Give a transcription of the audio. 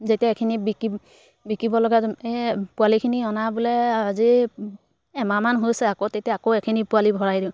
যেতিয়া এইখিনি বিকি বিকিব লগা এই পোৱালিখিনি অনা বোলে আজি এমাহমান হৈছে আকৌ তেতিয়া আকৌ এখিনি পোৱালি ভৰাই দিওঁ